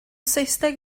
saesneg